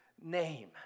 name